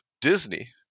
Disney